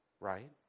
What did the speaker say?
right